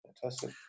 Fantastic